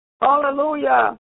Hallelujah